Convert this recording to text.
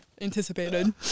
anticipated